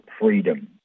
freedom